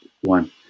one